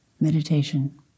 meditation